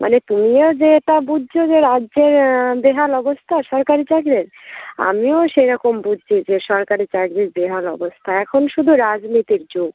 মানে তুমিও যেটা বুঝছো যে রাজ্যে বেহাল অবস্থা সরকারী চাকরির আমিও সেরকম বুঝছি যে সরকারী চাকরির বেহাল অবস্থা এখন শুধু রাজনীতির যুগ